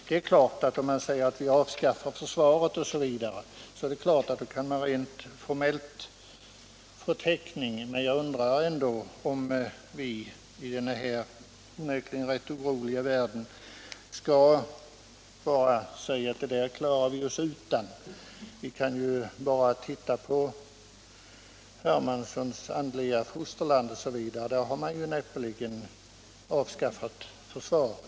Det är klart att om man avskaffar försvaret får man rent formellt täckning, men jag undrar om vi i denna oroliga värld bara kan säga att vi klarar oss utan försvar. Vi kan ju titta på herr Hermanssons andliga fosterland. Där har man näppeligen avskaffat försvaret.